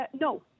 No